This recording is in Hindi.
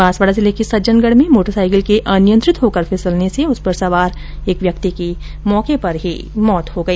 बांसवाडा जिले के सज्जनगढ़ में मोटरसाईकिल के अनियंत्रित होकर फिसलने से उस पर सवार एक व्यक्ति की मौके पर ही मौत हो गई